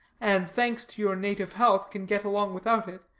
and, thanks to your native health, can get along without it,